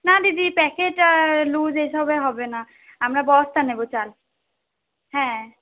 না দিদি packet loose এসবে হবে না আমরা বস্তা নেব চাল হ্যাঁ